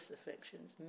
afflictions